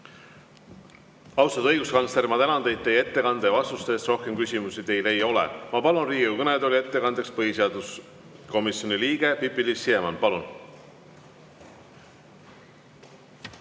Austatud õiguskantsler, ma tänan teid teie ettekande ja vastuste eest. Rohkem küsimusi teile ei ole. Ma palun Riigikogu kõnetooli ettekandjaks põhiseaduskomisjoni liikme Pipi-Liis Siemanni. Palun!